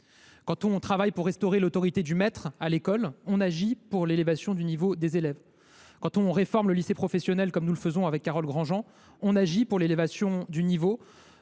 Quand on travaille pour restaurer l’autorité du maître à l’école, on agit pour l’élévation du niveau des élèves. Quand on réforme le lycée professionnel, Carole Grandjean et moi même le faisons, on agit pour l’élévation du niveau